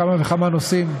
כמה וכמה נושאים,